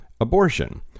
abortion